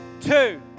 Two